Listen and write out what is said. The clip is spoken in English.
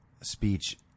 speech